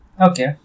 Okay